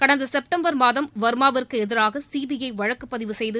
கடந்த செப்டம்பர் மாதம் வர்மா விற்கு எதிராக சிபிஐ வழக்கு பதிவு செய்து